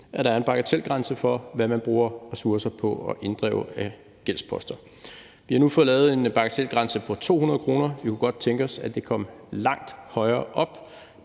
at der er en bagatelgrænse for, hvad man bruger ressourcer på at inddrive af gældsposter. Vi har nu fået lavet en bagatelgrænse på 200 kr. Vi kunne godt tænke os, at den kom langt højere op,